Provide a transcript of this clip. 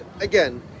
again